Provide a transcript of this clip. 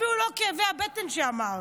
אפילו לא כאבי הבטן שאמרת.